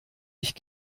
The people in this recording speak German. ich